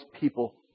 people